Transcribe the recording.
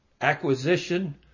acquisition